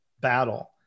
battle